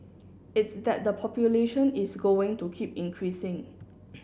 it's that the population is going to keep increasing